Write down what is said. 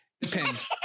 Depends